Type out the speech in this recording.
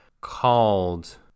called